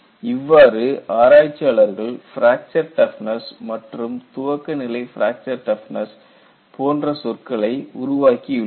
இவ்வாறு ஆராய்ச்சியாளர்கள் fracture toughness மற்றும் துவக்கநிலை பிராக்சர் டப்னஸ் போன்ற சொற்களை உருவாக்கியுள்ளனர்